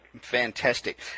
Fantastic